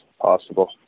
possible